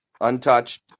untouched